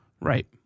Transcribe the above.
right